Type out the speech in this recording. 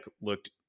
looked